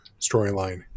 storyline